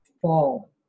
fall